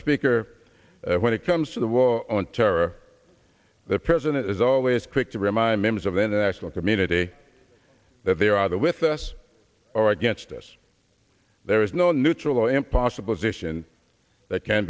speaker when it comes to the war on terror the president is always quick to remind members of the international community that there are the with us or against us there is no neutral or impossible position that can